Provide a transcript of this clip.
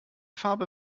farbe